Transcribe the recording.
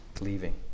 leaving